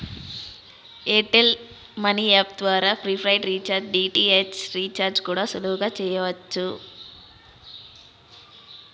air tell money app ద్వారా prepaid recharge, DTH recharge కూడా సులువుగా చెయ్యచ్చు